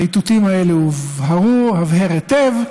האיתותים האלה הובהרו הבהר היטב.